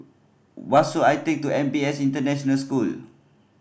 I take to N P S International School